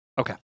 Okay